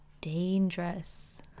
dangerous